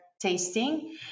tasting